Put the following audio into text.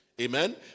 Amen